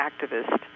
activist